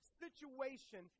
situation